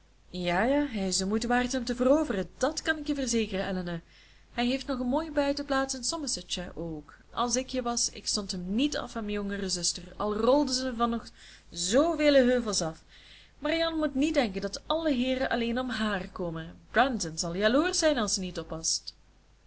ja ja hij is de moeite waard om te veroveren dat kan ik je verzekeren elinor hij heeft nog een mooie buitenplaats in somersetshire ook als ik je was ik stond hem niet af aan mijn jongere zuster al rolde ze van nog zooveel heuvels af marianne moet niet denken dat alle heeren alleen om hààr komen brandon zal jaloersch zijn als ze niet oppast